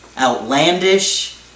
outlandish